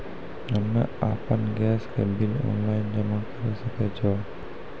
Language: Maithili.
हम्मे आपन गैस के बिल ऑनलाइन जमा करै सकै छौ?